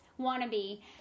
wannabe